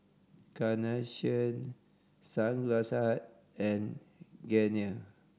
Carnation Sunglass Hut and Garnier